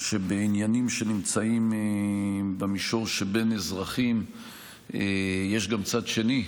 שבעניינים שנמצאים במישור שבין אזרחים יש גם צד שני,